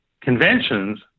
conventions